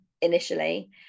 initially